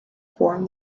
form